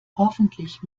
hoffentlich